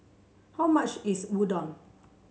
how much is Udon